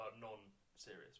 non-serious